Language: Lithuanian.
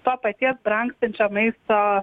to paties brangstančio maisto